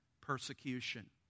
persecution